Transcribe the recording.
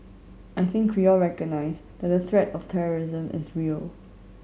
I think we all recognise that the threat of terrorism is real